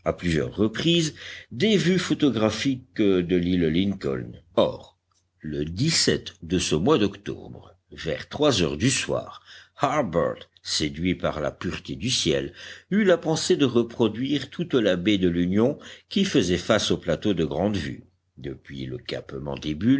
à plusieurs reprises des vues photographiques de l'île lincoln or le de ce mois d'octobre vers trois heures du soir harbert séduit par la pureté du ciel eut la pensée de reproduire toute la baie de l'union qui faisait face au plateau de grandevue depuis le cap